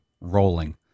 rolling